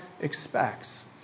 expects